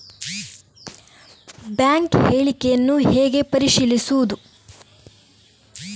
Bank ಹೇಳಿಕೆಯನ್ನು ಹೇಗೆ ಪರಿಶೀಲಿಸುವುದು?